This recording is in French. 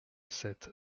sept